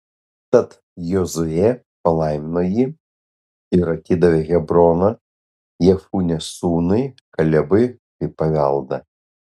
tad jozuė palaimino jį ir atidavė hebroną jefunės sūnui kalebui kaip paveldą